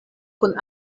kun